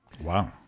Wow